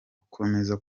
gukomeza